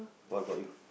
what about you